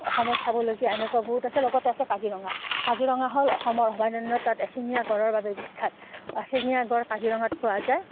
অসমত চাবলগীয়া এনেকুৱা বহুত আছে লগতে আছে কাজিৰঙা কাজিৰঙা হ'ল অসমৰ অভয়াৰণ্য তাত এশিঙীয়া গঁড়ৰ বাবে বিখ্যাত এশিঙীয়া গঁড় কাজিৰঙাত পোৱা যায়